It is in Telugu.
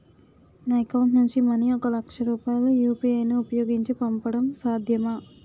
నా అకౌంట్ నుంచి మనీ ఒక లక్ష రూపాయలు యు.పి.ఐ ను ఉపయోగించి పంపడం సాధ్యమా?